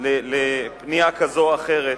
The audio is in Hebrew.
על פנייה כזו או אחרת,